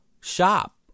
Shop